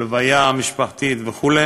הלוויה משפחתית וכו',